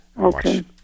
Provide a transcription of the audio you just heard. Okay